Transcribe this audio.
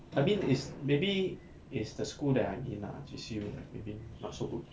I mean is maybe it's the school that I'm in ah J_C_U maybe not so good